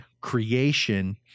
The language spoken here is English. creation